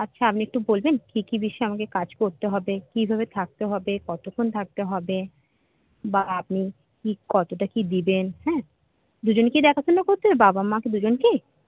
আচ্ছা আপনি একটু বলবেন কী কী বিষয়ে আমাকে কাজ করতে হবে কীভাবে থাকতে হবে কতক্ষণ থাকতে হবে বা আপনি কতটা কী দেবেন হ্যাঁ দুজনকেই দেখাশোনা করতে বাবা মা দুজনকেই